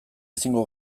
ezingo